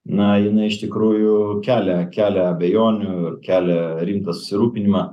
nu jinai iš tikrųjų kelia kelia abejonių ir kelia rimtą susirūpinimą